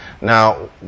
now